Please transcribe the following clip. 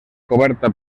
coberta